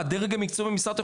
והדרג המקצועי במשרד,